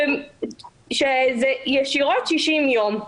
שזה ישירות 60 ימים,